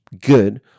good